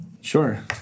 Sure